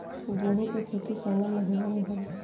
गेहूँ के खेती कवना महीना में होला?